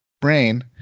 brain